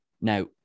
Now